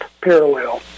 Parallel